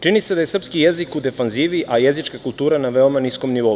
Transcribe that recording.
Čini se da je srpski jezik u defanzivi, a jezička kultura na veoma niskom nivou.